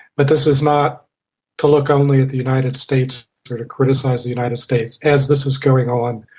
but this is not to look only at the united states or to criticise the united states as this is going on,